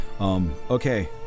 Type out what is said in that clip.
Okay